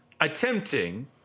attempting